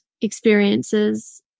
experiences